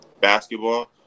basketball